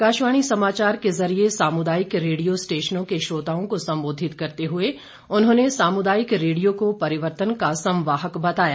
आकाशवाणी समाचार के जरिये सामुदायिक रेडियो स्टेशनों के श्रोताओं को संबोधित करते हुए उन्होंने सामुदायिक रेडियो को परिवर्तन का संवाहक बताया